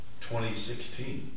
2016